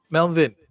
Melvin